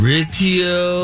Ritio